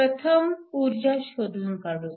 प्रथम ऊर्जा शोधून काढू